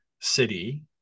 city